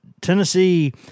Tennessee